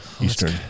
Eastern